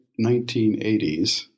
1980s